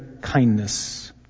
kindness